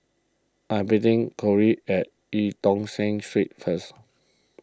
I'm meeting Corie at Eu Tong Sen Street first